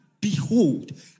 Behold